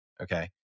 okay